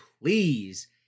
please